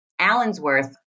Allensworth